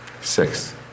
six